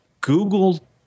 Google